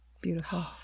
Beautiful